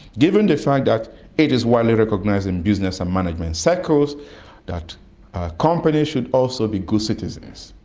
given the fact that it is widely recognised in business and management circles that companies should also be good citizens.